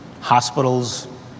hospitals